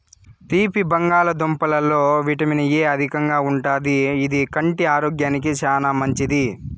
తీపి బంగాళదుంపలలో vitamin A అధికంగా ఉంటాది, ఇది కంటి ఆరోగ్యానికి చానా మంచిది